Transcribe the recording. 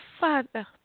Father